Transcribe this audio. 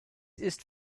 ist